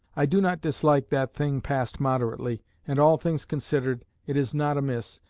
i do not dislike that thing passed moderately and all things considered, it is not amiss,